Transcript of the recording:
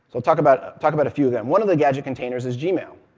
we'll talk about talk about a few of them. one of the gadget containers is gmail.